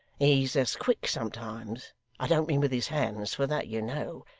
he's as quick sometimes i don't mean with his hands, for that you know,